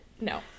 No